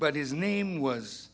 but his name was